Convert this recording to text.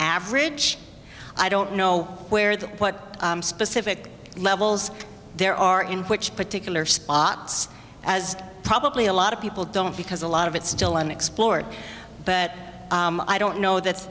average i don't know where that what specific levels there are in which particular spots as probably a lot of people don't because a lot of it still unexplored but i don't know that